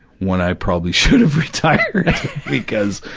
when i probably should have retired because,